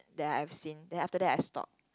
that I've seen then after that I stopped